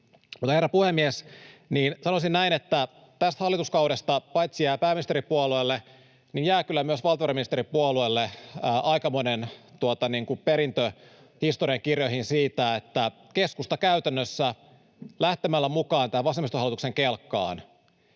Herra puhemies! Sanoisin näin, että tästä hallituskaudesta jää paitsi pääministeripuolueelle kyllä myös valtiovarainministeripuolueelle aikamoinen perintö historiankirjoihin siitä, että keskusta käytännössä lähtemällä mukaan tähän vasemmistohallituksen kelkkaan